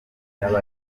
yabaga